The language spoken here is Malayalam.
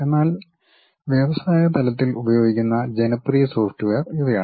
എന്നാൽ വ്യവസായ തലത്തിൽ ഉപയോഗിക്കുന്ന ജനപ്രിയ സോഫ്റ്റ്വെയർ ഇവയാണ്